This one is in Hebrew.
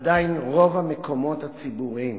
עדיין רוב המקומות הציבוריים